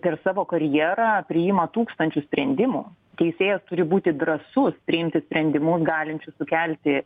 per savo karjerą priima tūkstančius sprendimų teisėjas turi būti drąsus priimti sprendimus galinčius sukelti